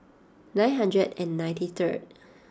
nine hundred and ninety third